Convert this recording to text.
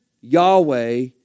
Yahweh